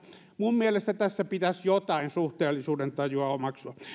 minun mielestäni tässä pitäisi jotain suhteellisuudentajua omaksua